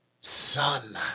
Son